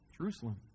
Jerusalem